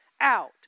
out